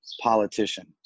politician